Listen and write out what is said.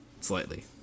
Slightly